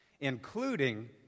including